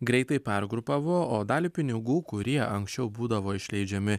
greitai pergrupavo o dalį pinigų kurie anksčiau būdavo išleidžiami